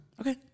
Okay